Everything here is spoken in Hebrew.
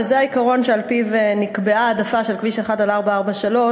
וזה העיקרון שעל-פיו נקבעה העדפה של כביש 1 על 443,